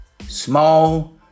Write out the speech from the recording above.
small